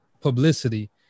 publicity